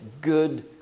good